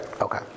Okay